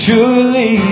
Surely